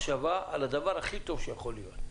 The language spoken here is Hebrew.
מחשבה על הדבר הכי טוב שיכול להיות.